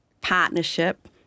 partnership